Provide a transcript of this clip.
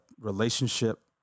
relationship